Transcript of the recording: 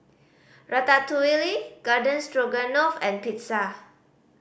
Ratatouille Garden Stroganoff and Pizza